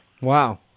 Wow